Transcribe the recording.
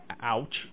Ouch